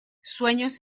sueños